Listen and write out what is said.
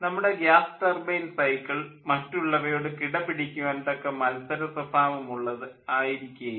നമ്മുടെ gas turbine cycle മറ്റുള്ളവയോട് കിട പിടിക്കുവാൻ തക്ക മത്സര സ്വഭാവമുള്ളത് ആയിരിക്കുകയില്ല